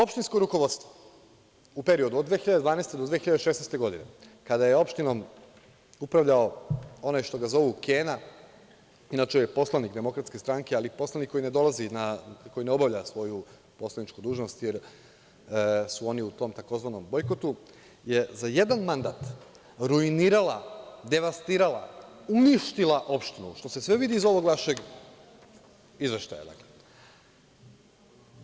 Opštinsko rukovodstvo u periodu od 2012. do 2016. godine, kada je opštinom upravljao onaj što ga zovu Kena, inače je poslanik DS, ali poslanik koji ne obavlja svoju poslaničku dužnost, jer su oni u tom tzv. bojkotu, je za jedan mandat ruinirala, devastirala, uništila opštinu, što se sve vidi iz ovog vašeg izveštaja.